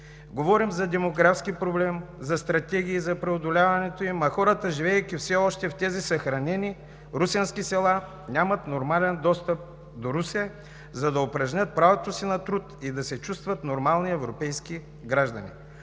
Говорим за демографски проблеми, за стратегии за преодоляването им, а хората, живеейки все още в тези съхранени русенски села, нямат нормален достъп до Русе, за да упражнят правото си на труд и да се чувстват нормални европейски граждани.